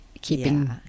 Keeping